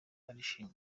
arishima